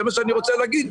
זה מה שאני רוצה להגיד.